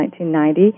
1990